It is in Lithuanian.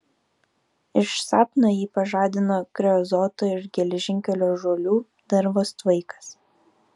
iš sapno jį pažadino kreozoto ir geležinkelio žuolių dervos tvaikas